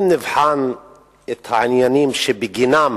אם נבחן את העניינים שבגינם